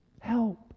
help